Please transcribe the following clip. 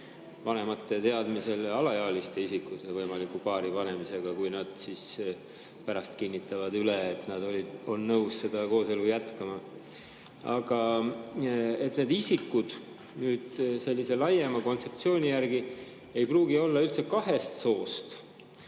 vanemate teadmisel alaealiste isikute võimaliku paaripanemisega, kui nad pärast kinnitavad üle, et nad on nõus seda kooselu jätkama? Ja need isikud sellise laiema kontseptsiooni järgi ei pruugi olla üldse eri soost